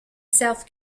south